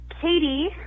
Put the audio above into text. Katie